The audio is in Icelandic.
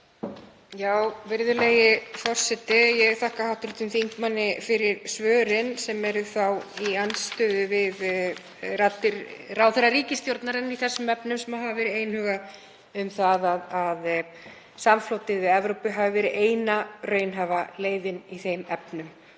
Virðulegi forseti. Ég þakka hv. þingmanni fyrir svörin sem eru þá í andstöðu við raddir ráðherra ríkisstjórnarinnar í þessum efnum sem hafa verið einhuga um að samflotið við Evrópu hafi verið eina raunhæfa leiðin í þeim efnum.